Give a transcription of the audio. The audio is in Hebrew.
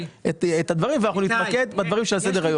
את הדברים ונתמקד בדברים שעל סדר היום.